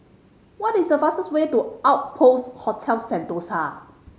what is a fastest way to Outpost Hotel Sentosa